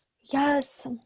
Yes